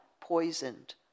poisoned